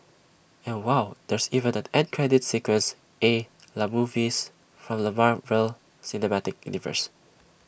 and wow there's even an end credit sequence A la movies from the Marvel cinematic universe